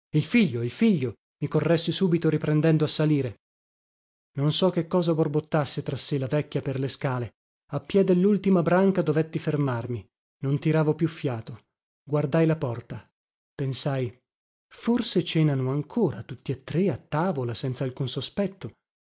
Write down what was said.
il figlio il figlio mi corressi subito riprendendo a salire non so che cosa borbottasse tra sé la vecchia per le scale a pie dellultima branca dovetti fermarmi non tiravo più fiato guardai la porta pensai forse cenano ancora tutti e tre a tavola senzalcun sospetto